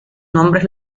nombres